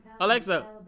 Alexa